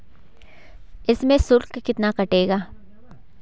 इसमें शुल्क कितना कटेगा?